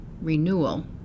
renewal